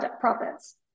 profits